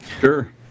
Sure